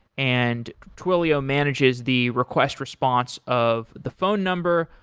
and twilio manages the request response of the phone number,